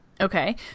Okay